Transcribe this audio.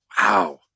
Wow